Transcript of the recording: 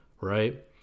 right